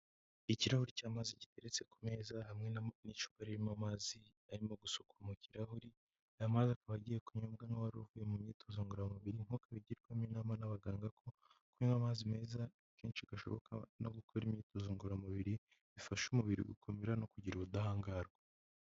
Ikirahuri cy'amazi gitetse ku meza hamwe n'icupa ririmo amazi arimo gusukwa mu kirahuri, aya mazi akaba agiye kunyobwa n'uwari uvuye mu myitozo ngorora mubiri nk'uko bigirwamo inama n'abaganga ko kunywa amazi meza kenshi gashoboka no gukora imyitozo ngororamubiri, bifasha umubiri gukomera no kugira ubudahangarwa.